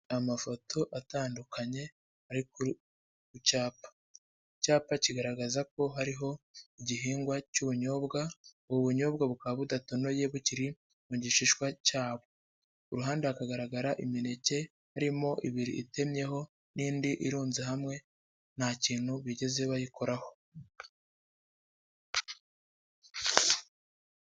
Amafoto atandukanye ari ku cyapa, icyapa kigaragaza ko hariho igihingwa cy'ubunyobwa, ubu bunyobwa bukaba budatonoye, bukiri mu gishishwa cyabwo, ku ruhande hakagaragara imineke, harimo ibiri itemyeho n'indi irunze hamwe, nta kintu bigeze bayikoraho.